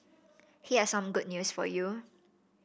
here's some good news for you